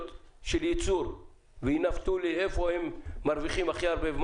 של ייצור וינווטו לי איפה הם מרוויחים הכי הרבה,